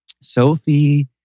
Sophie